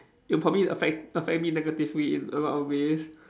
it would probably affect affect me negatively in a lot of ways